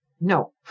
no